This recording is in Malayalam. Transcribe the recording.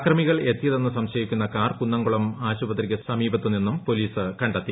അക്രമികൾ എത്തിയതെന്ന് സംശയിക്കുന്ന കാർ കുന്നംകുളം ആശുപത്രിക്ക് സമീപത്തു നിന്നും പോലീസ് കണ്ടെത്തി